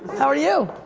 how are you?